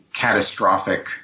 catastrophic